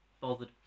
bothered